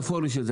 המטאפורי של זה,